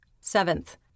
Seventh